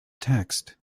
text